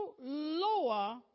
lower